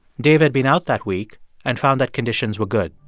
dave had been out that week and found that conditions were good,